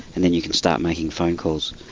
and then you can start making phone calls.